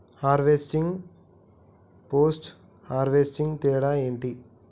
Harvesting, post harvesting తేడా ఏంటి?